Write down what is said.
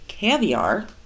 caviar